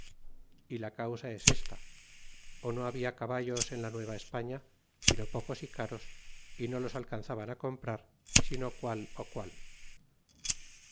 y la causa es esta no habia cabalos en la nueva espana sino pocos y caros y no los alcanzaban comprar sino qual ó qual